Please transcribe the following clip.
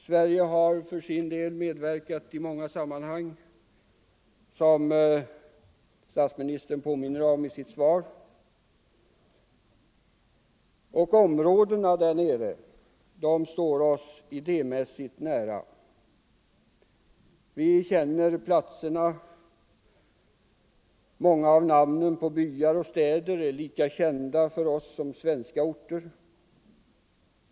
Sverige har medverkat i många sammanhang, som statsministern påminner om i sitt svar, och områdena där nere står oss idémässigt nära. Vi känner platserna. Många av namnen på byar och städer är lika kända för oss som svenska orter.